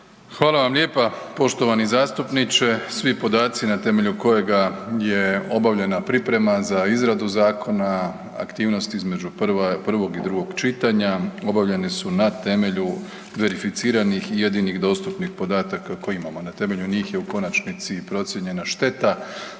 Hvala vam lijepa poštovani zastupniče. Svi podaci na temelju kojega je obavljena priprema za izradu zakona, aktivnosti između prvog i drugog čitanja obavljeni su na temelju verificiranih i jedinih dostupnih podataka koje imamo. Na temelju njih je u konačnici i procijenjena šteta,